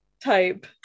type